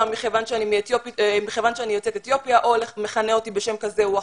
מכיוון שאני יוצאת אתיופיה או מכנה אותי בשם כזה או אחר.